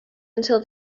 until